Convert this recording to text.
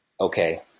okay